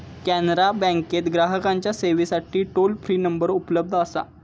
कॅनरा बँकेत ग्राहकांच्या सेवेसाठी टोल फ्री नंबर उपलब्ध असा